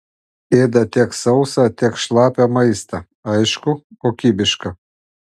ėda tiek sausą tiek šlapią maistą aišku kokybišką